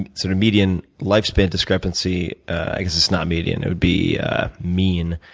and sort of median lifespan discrepancy i guess it's not median. it would be mean